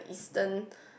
eastern